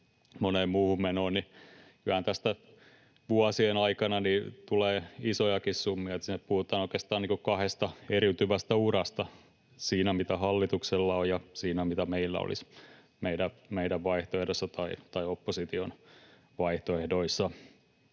moneen muuhun menoon, niin kyllähän tästä vuosien aikana tulee isojakin summia, eli puhutaan oikeastaan kahdesta eriytyvästä urasta siinä, mitä hallituksella on, ja siinä, mitä meillä olisi meidän vaihtoehdossa tai opposition vaihtoehdoissa.